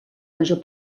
major